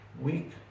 Weak